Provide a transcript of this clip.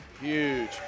huge